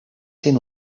sent